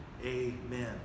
Amen